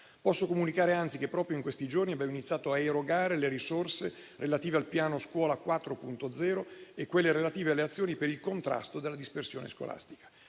Posso comunicare anzi che proprio in questi giorni abbiamo iniziato a erogare le risorse relative al Piano scuola 4.0 e quelle relative alle azioni per il contrasto alla dispersione scolastica.